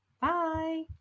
Bye